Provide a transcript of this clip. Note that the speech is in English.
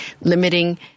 limiting